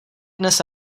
dnes